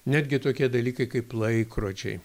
netgi tokie dalykai kaip laikrodžiai